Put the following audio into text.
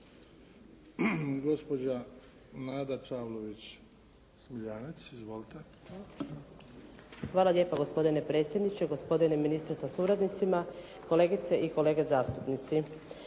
Hvala lijepo gospodine predsjedniče. Gospodine ministre sa suradnicima, kolegice i kolege zastupnici.